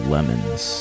Lemons